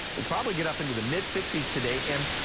we'll probably get up into the mid fifty s today. and